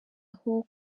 aho